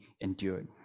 endured